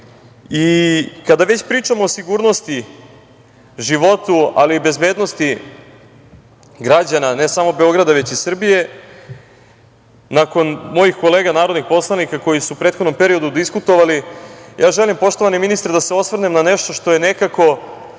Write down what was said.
žive. Kada već pričamo o sigurnosti, životu, ali i bezbednosti građana ne samo Beograda, već i Srbije, nakon mojih kolega narodnih poslanika koji su u prethodnom periodu diskutovali, ja želim, poštovani ministre, da se osvrnem na nešto što je nekako